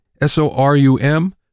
s-o-r-u-m